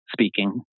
speaking